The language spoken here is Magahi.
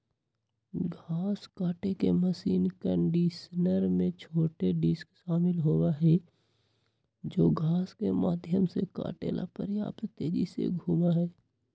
घास काटे के मशीन कंडीशनर में छोटे डिस्क शामिल होबा हई जो घास के माध्यम से काटे ला पर्याप्त तेजी से घूमा हई